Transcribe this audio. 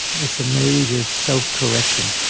it's a major self-correction.